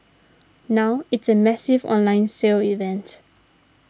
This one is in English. now it's a massive online sale event